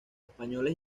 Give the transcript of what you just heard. españoles